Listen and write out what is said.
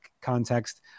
context